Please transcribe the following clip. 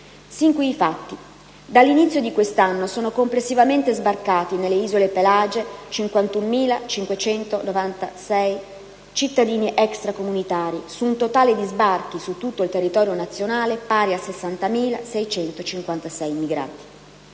Sin qui i fatti. Dall'inizio di quest'anno sono complessivamente sbarcati nelle isole Pelagie 51.596 cittadini extracomunitari, su un totale di sbarchi, su tutto il territorio nazionale, pari a 60.656 immigrati.